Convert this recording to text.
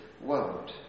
world